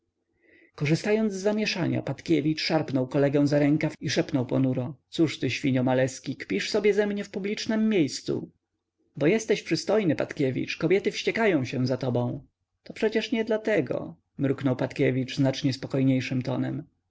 korzystając z zamieszania patkiewicz szarpnął kolegę za rękaw i szepnął ponuro cóż ty świnio maleski kpisz sobie ze mnie w publicznem miejscu bo jesteś przystojny patkiewicz kobiety wściekają się za tobą to przecież nie dlatego mruknął patkiewicz znacznie spokojniejszym tonem